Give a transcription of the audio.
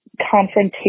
confrontation